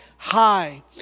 High